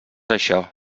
això